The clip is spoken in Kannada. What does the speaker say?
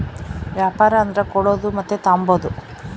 ವ್ಯಾಪಾರ ಅಂದರ ಕೊಡೋದು ಮತ್ತೆ ತಾಂಬದು